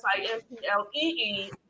S-I-M-P-L-E-E